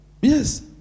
Yes